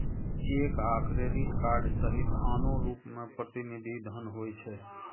cheque आ credit card सहित आनो रूप मे प्रतिनिधि धन होइ छै